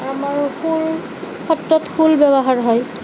আমাৰ খোল সত্ৰত খোল ব্যৱহাৰ হয়